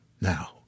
Now